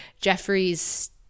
Jeffrey's